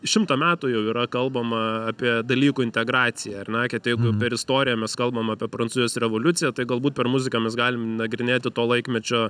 šimtą metų jau yra kalbama apie dalykų integraciją ar ne kad jeigu per istoriją mes kalbam apie prancūzijos revoliuciją tai galbūt per muziką mes galim nagrinėti to laikmečio